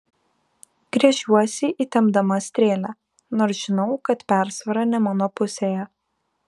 gręžiuosi įtempdama strėlę nors žinau kad persvara ne mano pusėje